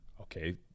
Okay